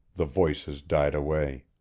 the voices died away.